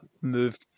move